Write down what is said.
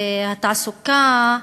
התעסוקה,